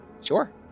Sure